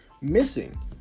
missing